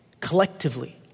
collectively